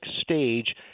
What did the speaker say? stage